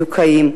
מדוכאים.